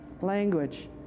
Language